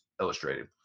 Illustrated